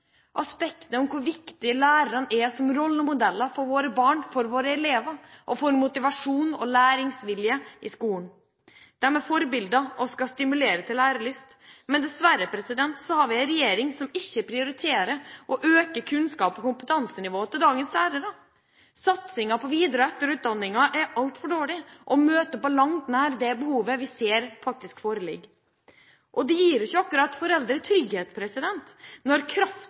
aspektet om hvor viktig lærerne er som rollemodeller for våre barn, for våre elever og for motivasjon og læringsvilje i skolen. De er forbilder og skal stimulere til lærelyst. Dessverre har vi en regjering som ikke prioriterer å øke kunnskaps- og kompetansenivået hos dagens lærere. Satsingen på videre- og etterutdanning er altfor dårlig og møter på langt nær det behovet vi ser foreligger. Det gir jo ikke foreldre trygghet når